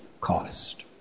cost